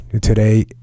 Today